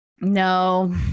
no